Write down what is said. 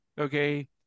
okay